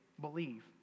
believe